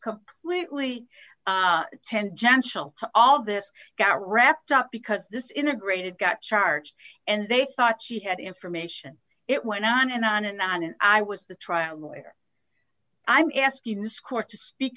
completely ten jansha all this got wrapped up because this integrated got charged and they thought she had information it went on and on and on and i was the trial lawyer i'm asking this court to speak